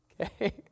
okay